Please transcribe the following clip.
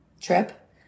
trip